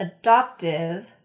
adoptive